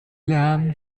lernen